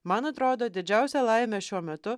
man atrodo didžiausia laimė šiuo metu